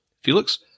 Felix